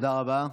תודה רבה.